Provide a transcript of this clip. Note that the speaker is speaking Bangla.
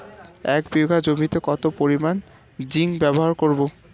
এক বিঘা জমিতে কত পরিমান জিংক ব্যবহার করব?